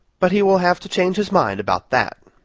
but he will have to change his mind about that.